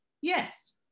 yes